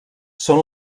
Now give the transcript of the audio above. són